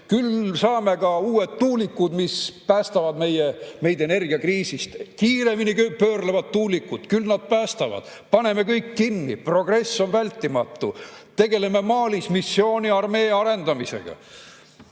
Küll saame ka uued tuulikud, mis päästavad meid energiakriisist! Kiiremini pöörlevad tuulikud, küll nad päästavad! Paneme kõik kinni! Progress on vältimatu! Tegeleme Malis missiooniarmee arendamisega!